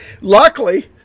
luckily